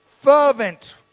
fervent